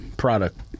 product